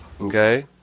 okay